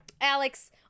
Alex